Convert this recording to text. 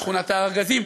שכונת-הארגזים.